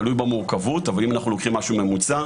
תלוי במורכבות אבל אם אנחנו לוקחים משהו ממוצע,